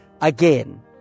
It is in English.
Again